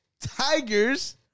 tigers